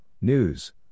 News